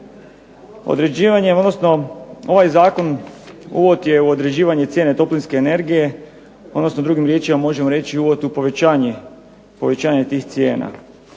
Određivanjem odnosno ovaj zakon uvod je u određivanje cijene toplinske energije, odnosno drugim riječima možemo reći uvod u povećanje tih cijena.